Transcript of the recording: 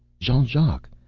jean-jacques,